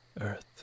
earth